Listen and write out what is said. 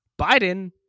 Biden